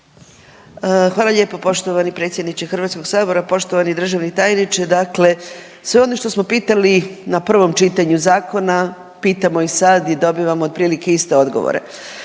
Hvala lijepo poštovani predsjedniče Hrvatskog sabora, poštovani državni tajniče. Dakle, sve ono što smo pitali na prvom čitanju zakona pitamo i sad i dobivamo otprilike iste odgovore.